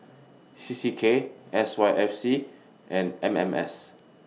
C C K S Y F C and M M S